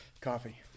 Coffee